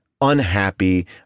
unhappy